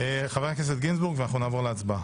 חבר הכנסת גינזבורג, ואנחנו נעבור להצבעה.